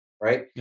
right